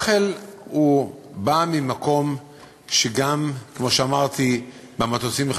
האוכל בא ממקום שמחלקים ממנו גם במטוסים.